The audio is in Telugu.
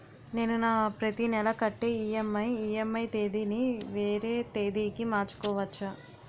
నేను నా ప్రతి నెల కట్టే ఈ.ఎం.ఐ ఈ.ఎం.ఐ తేదీ ని వేరే తేదీ కి మార్చుకోవచ్చా?